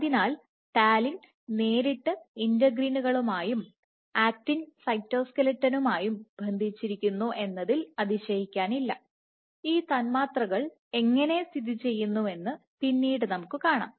അതിനാൽ ടാലിൻ നേരിട്ട് ഇന്റഗ്രിനുകളുമായും ആക്റ്റിൻ സൈറ്റോസ്ക്ലെട്ടനുമായും ബന്ധിച്ചിരിക്കുന്ന എന്നത് അതിശയിക്കാനില്ല ഈ തന്മാത്രകൾ എങ്ങനെ സ്ഥിതിചെയ്യുന്നുവെന്ന് പിന്നീട് നമുക്ക് കാണാം